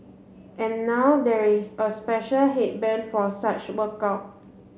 and now there is a special headband for such workout